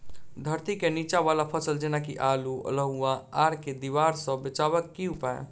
धरती केँ नीचा वला फसल जेना की आलु, अल्हुआ आर केँ दीवार सऽ बचेबाक की उपाय?